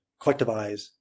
collectivize